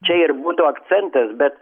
čia ir būtų akcentas bet